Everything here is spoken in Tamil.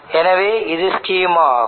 எனவே இது ஸ்கீமா ஆகும்